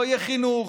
לא יהיה חינוך,